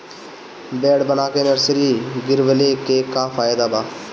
Bed बना के nursery गिरवले के का फायदा बा?